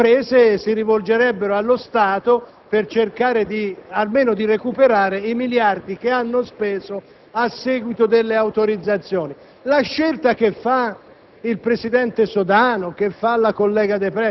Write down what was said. a risponderne; quelle imprese infatti si rivolgerebbero allo Stato per cercare almeno di recuperare i miliardi spesi a seguito delle autorizzazioni. La scelta del